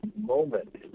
moment